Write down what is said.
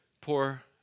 poor